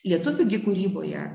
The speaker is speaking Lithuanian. lietuvių gi kūryboje